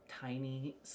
tiny